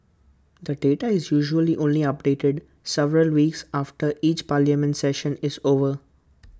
the data is usually only updated several weeks after each parliament session is over